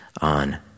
on